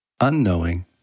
Unknowing